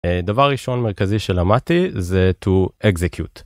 דבר ראשון מרכזי שלמדתי זה to execute.